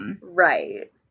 Right